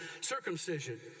circumcision